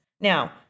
Now